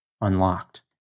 unlocked